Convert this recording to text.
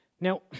Now